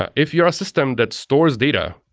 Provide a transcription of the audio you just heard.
ah if you're a system that stores data,